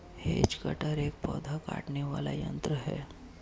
has cutter एक पौधा छाँटने वाला यन्त्र है